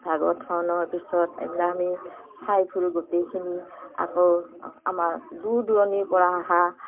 ভাগৱত ভ্ৰমণৰ পিছত এইবিলাক আমি চাই ফুৰোঁ গোটেইখিনি আকৌ আমাৰ দূৰ দূৰণিৰপৰা অহা